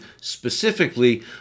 specifically